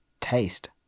taste